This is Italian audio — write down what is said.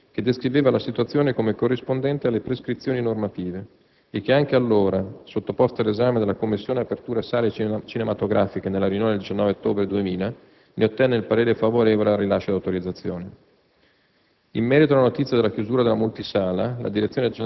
è stata seguita da altra nota del 21 settembre 2000 che descriveva la situazione come corrispondente alle prescrizioni normative e che anche allora, sottoposta all'esame della Commissione apertura sale cinematografiche nella riunione del 19 ottobre 2000, ne ottenne il parere favorevole al rilascio di autorizzazione.